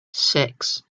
six